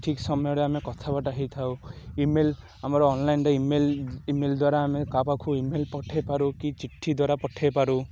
ଠିକ୍ ସମୟରେ ଆମେ କଥାବାର୍ତ୍ତା ହେଇଥାଉ ଇମେଲ୍ ଆମର ଅନଲାଇନରେ ଇମେଲ୍ ଇମେଲ୍ ଦ୍ୱାରା ଆମେ କାହା ପାଖକୁ ଇମେଲ୍ ପଠେଇପାରୁ କି ଚିଠି ଦ୍ୱାରା ପଠେଇପାରୁ